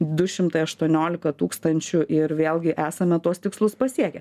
du šimtai aštuoniolika tūkstančių ir vėlgi esame tuos tikslus pasiekę